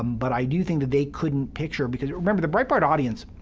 um but i do think that they couldn't picture because remember, the breitbart audience,